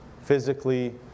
physically